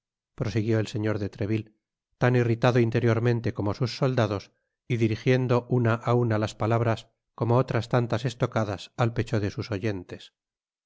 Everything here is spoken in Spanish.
prosiguió el señor de treville tan irritado interiormente como sus sol dados y dirigiendo una á una las palabras como otras tantas estocadas al pecho de sus oyentes